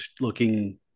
looking